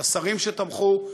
לשרים שתמכו,